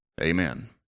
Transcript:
Amen